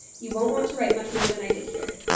you won't want to write much more than i did here.